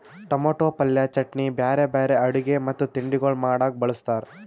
tomato ಪಲ್ಯ, ಚಟ್ನಿ, ಬ್ಯಾರೆ ಬ್ಯಾರೆ ಅಡುಗಿ ಮತ್ತ ತಿಂಡಿಗೊಳ್ ಮಾಡಾಗ್ ಬಳ್ಸತಾರ್